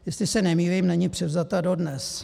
Jestli se nemýlím, není převzata dodnes.